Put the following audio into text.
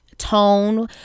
tone